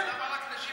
אני אומר: למה רק נשים.